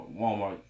Walmart